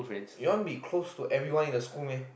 you want be close to everyone in the school meh